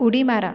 उडी मारा